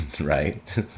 right